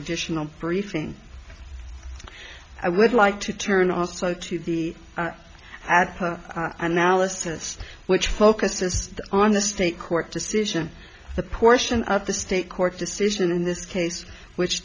additional briefing i would like to turn also to the ad analysis which focused on the state court decision the portion of the state court decision in this case which